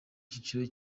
cyiciro